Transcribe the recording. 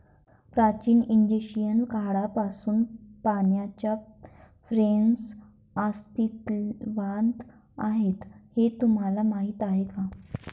प्राचीन इजिप्शियन काळापासून पाण्याच्या फ्रेम्स अस्तित्वात आहेत हे तुम्हाला माहीत आहे का?